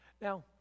Now